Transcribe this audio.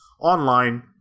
online